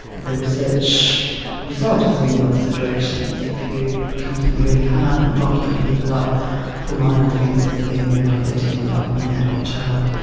the research result is in the opposite direction. if you come down really hard and lock young people up for minor offences, they're more likely to end up in adult jail.